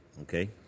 Okay